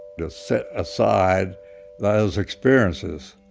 to set aside those experiences